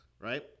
right